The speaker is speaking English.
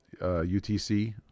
UTC